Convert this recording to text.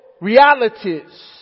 realities